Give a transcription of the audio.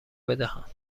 بدهند